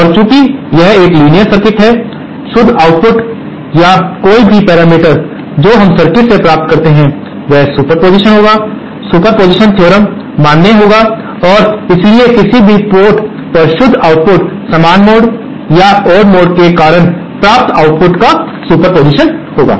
और चूंकि यह एक लीनियर सर्किट है शुद्ध आउटपुट या कोई भी पैरामीटर जो हम इस सर्किट में प्राप्त करते हैं वह सुपरपोजिशन होगा सुपरपोज़िशन थ्योरम मान्य होगा और इसलिए किसी भी पोर्ट पर शुद्ध आउटपुट समान मोड या ओड मोड के कारण प्राप्त आउटपुट का सुपरपोज़िशन होगा